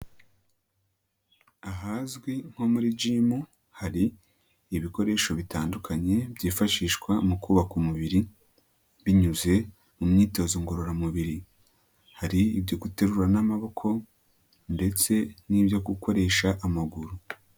Ahazwi nko muri gimu hari ibikoresho bitandukanye byifashishwa mu kubaka umubiri, binyuze mu myitozo ngororamubiri, hari ibyo guterura n'amaboko ndetse n'ibyo gukoresha amaguru.